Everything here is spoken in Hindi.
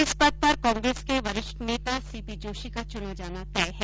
इस पद पर कांग्रेस के वरिष्ठ नेता सीपी जोशी का चुना जाना तय है